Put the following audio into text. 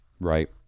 right